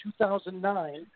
2009